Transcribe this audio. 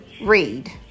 read